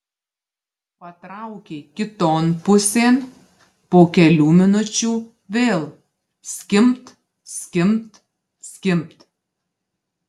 patraukė kiton pusėn po kelių minučių vėl skimbt skimbt skimbt